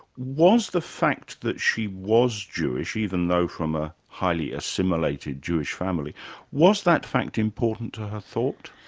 was the fact that she was jewish, even though from a highly assimilated jewish family was that fact important to her thought?